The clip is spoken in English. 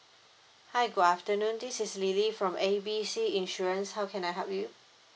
hi good afternoon this is lily from A B C insurance how can I help you